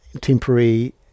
temporary